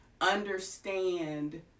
understand